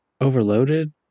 overloaded